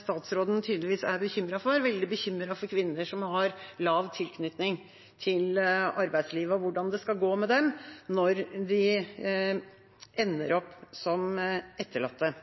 statsråden tydeligvis er veldig bekymret for: kvinner som har lav tilknytning til arbeidslivet, og hvordan det skal gå med dem når de ender opp som etterlatte.